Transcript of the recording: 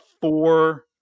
four